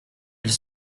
elle